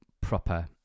proper